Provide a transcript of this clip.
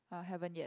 uh haven't yet